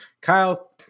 Kyle